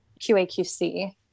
QAQC